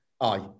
Aye